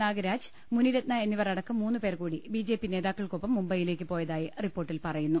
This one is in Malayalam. നാഗരാജ് മുനിരത്ന എന്നിവർ അടക്കം മൂന്നുപേർകൂടി ബിജെപി നേതാക്കൾക്കൊപ്പം മുംബൈയിലേക്ക് പോയതായി റിപ്പോർട്ടിൽ പറയുന്നു